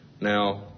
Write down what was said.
Now